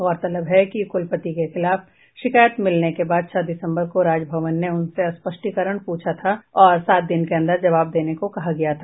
गौरतलब है कि कुलपति के खिलाफ शिकायत मिलने के बाद छह दिसम्बर को राजभवन ने उनसे स्पष्टीकरण प्रछा था और सात दिन के अंदर जबाव देने को कहा गया था